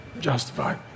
justified